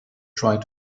tried